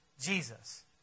Jesus